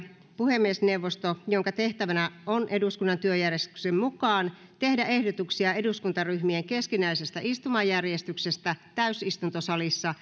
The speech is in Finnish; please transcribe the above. puhemiesneuvosto jonka tehtävänä on eduskunnan työjärjestyksen mukaan tehdä ehdotuksia eduskuntaryhmien keskinäisestä istumajärjestyksestä täysistuntosalissa